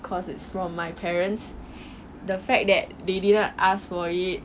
cause it's from my parents the fact that they didn't ask for it